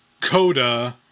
Coda